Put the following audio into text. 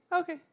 Okay